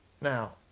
now